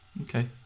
Okay